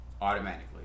Automatically